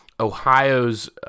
Ohio's